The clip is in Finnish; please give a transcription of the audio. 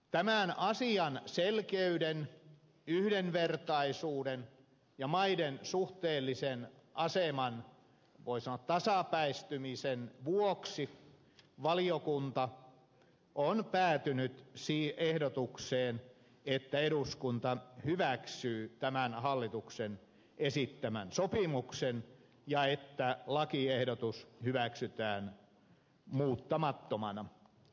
tämän asian selkeyden yhdenvertaisuuden ja maiden suhteellisen aseman voi sanoa tasapäistymisen vuoksi valiokunta on päätynyt ehdotukseen että eduskunta hyväksyy tämän hallituksen esittämän sopimuksen ja että lakiehdotus hyväksytään muuttamattomana